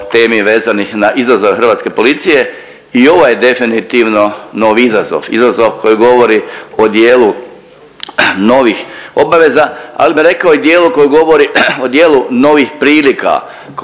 temi vezanih na izazove hrvatske policije i ovo je definitivno novi izazov, izazov koji govori o djelu novih obaveza, al bi rekao i dijelu koji govori o dijelu novih prilika